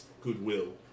goodwill